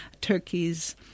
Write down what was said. Turkey's